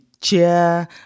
chair